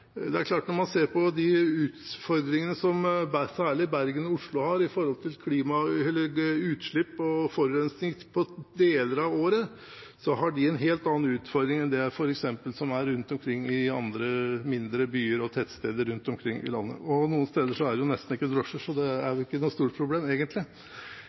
Det er klart at de utfordringene som særlig Bergen og Oslo har med tanke på utslipp og forurensning i deler av året, er annerledes enn de utfordringene f.eks. mindre byer og tettsteder rundt omkring i landet har. Noen steder er det nesten ikke drosjer, så det er ikke noe stort problem, egentlig.